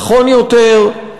נכון יותר,